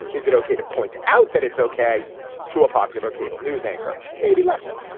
is it okay to point out that it's okay to a popular cable news anchor? maybe less so.